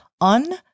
un